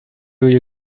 you